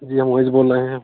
जी हम वहीं से बोल रहे हैं